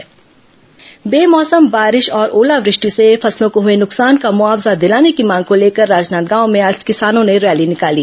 किसान प्रदर्शन बेमौसम बारिश और ओलावृष्टि से फसलों को हुए नुकसान का मुआवजा दिलाने की मांग को लेकर राजनांदगांव में आज किसानों ने रैली निकाली